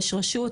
יש רשות,